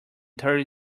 thirty